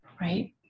right